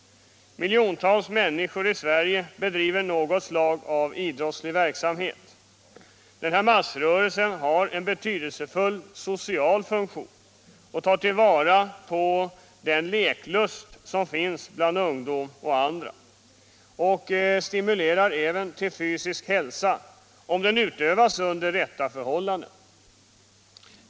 Miljontals människor i Sverige bedriver något slag av idrottslig verksamhet. Denna massrörelse har en betydelsefull social funktion och tar till vara den leklust som finns bland ungdom och andra. Denna verksamhet bidrar även till fysisk hälsa, om den utövas under rätta förhållanden.